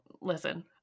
listen